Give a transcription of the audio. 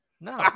No